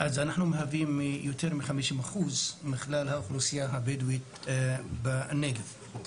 מהווים יותר מ-50% מכלל האוכלוסייה הבדואית בנגב.